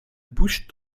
bouche